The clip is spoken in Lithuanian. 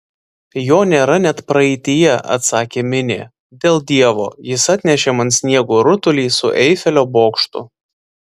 jo nėra net praeityje atsakė minė dėl dievo jis atnešė man sniego rutulį su eifelio bokštu